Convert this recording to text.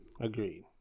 Agreed